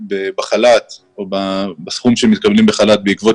בחל"ת או בסכום שמקבלים בחל"ת בעקבות